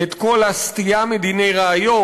כל הסטייה מדיני ראיות,